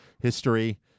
history